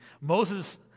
Moses